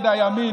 נגד הימין,